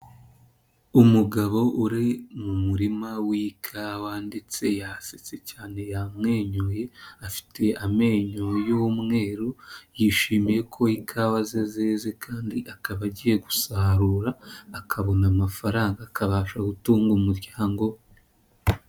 Umugabo uri mu murima w'ikawa ndetse yasetse cyane yamwenyuye, afite amenyo y'umweru yishimiye ko ikawa ze zeze kandi akaba agiye gusarura akabona amafaranga akabasha gutunga umuryango we.